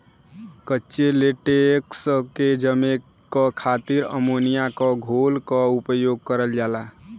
कच्चे लेटेक्स के जमे क खातिर अमोनिया क घोल क उपयोग करल जाला